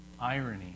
Irony